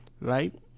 right